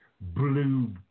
blue